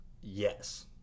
yes